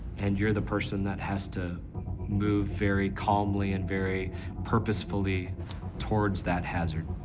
and you are the person that has to move very calmly and very purposefully towards that hazard.